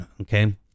Okay